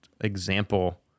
example